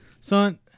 Son